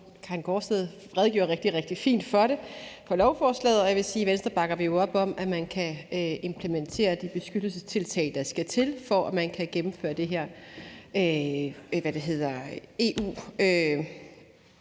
Karin Gaardsted, redegjorde rigtig, rigtig fint for lovforslaget. Jeg vil sige, at vi i Venstre jo bakker op om, at man implementerer de beskyttelsestiltag der skal til, for at man kan gennemføre de her EU-regler,